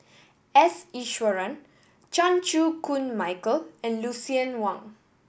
S Iswaran Chan Chew Koon Michael and Lucien Wang